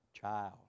Child